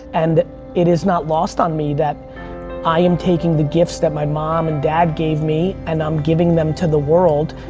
and it is not lost on me that i am taking the gifts that my mom and dad gave me and i'm giving them to the world.